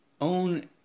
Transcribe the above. own